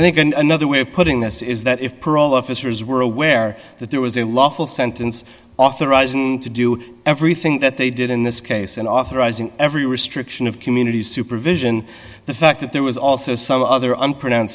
i think another way of putting this is that if parole officers were aware that there was a lawful sentence authorized to do everything that they did in this case and authorizing every restriction of community supervision the fact that there was also some other un pronounce